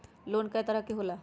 Loan कय तरह के होला?